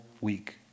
week